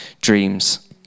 dreams